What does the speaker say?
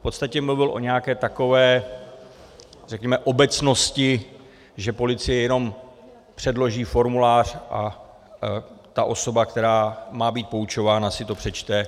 V podstatě mluvil o nějaké takové, řekněme, obecnosti, že policie jenom předloží formulář a ta osoba, která má být poučována, si to přečte.